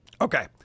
Okay